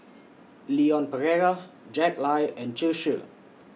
Leon Perera Jack Lai and Zhu Xu